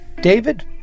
David